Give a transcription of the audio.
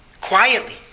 Quietly